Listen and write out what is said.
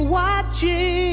watching